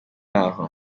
aho